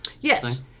yes